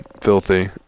filthy